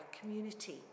community